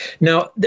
Now